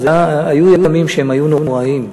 היו ימים שהם היו נוראיים.